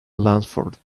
lansford